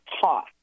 talk